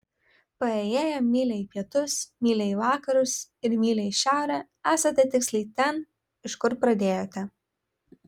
paėjėję mylią į pietus mylią į vakarus ir mylią į šiaurę esate tiksliai ten iš kur pradėjote